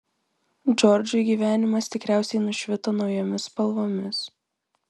džordžui gyvenimas tikriausiai nušvito naujomis spalvomis